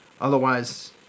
Otherwise